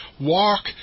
walk